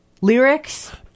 lyrics